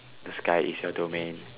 the sky is your domain